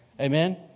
Amen